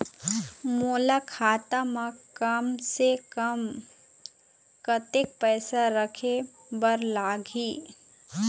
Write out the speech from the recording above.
मोला खाता म कम से कम कतेक पैसा रखे बर लगही?